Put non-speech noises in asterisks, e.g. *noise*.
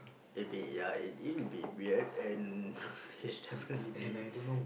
it'll be ya it will be weird and *laughs* it's definitely be